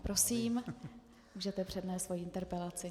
Prosím, můžete přednést svoji interpelaci.